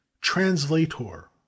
translator